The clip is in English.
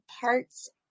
parts